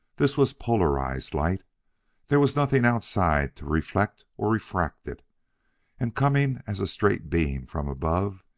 this was polarized light there was nothing outside to reflect or refract it and, coming as a straight beam from above,